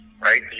right